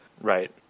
right